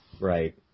Right